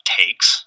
takes